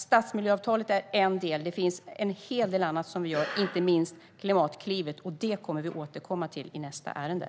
Stadsmiljöavtalet är som sagt en del; det finns en hel del annat vi gör - inte minst Klimatklivet, vilket vi kommer att återkomma till i nästa debatt.